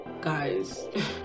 Guys